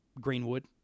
Greenwood